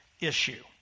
issue